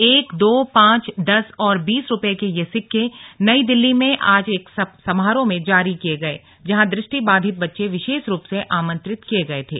एक दो पांच दस और बीस रूपये के ये सिक्के नई दिल्ली में आज ेएक समारोह में जारी किये गये जहां दृष्टिबाधित बच्चें विशेष रूप से आमंत्रित किये गये थे